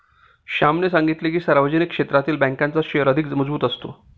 श्यामने सांगितले की, सार्वजनिक क्षेत्रातील बँकांचा शेअर अधिक मजबूत असतो